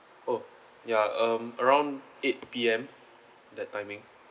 oh yeah um around eight P_M that timing